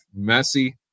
Messi